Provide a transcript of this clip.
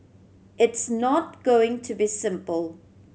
it's not going to be simple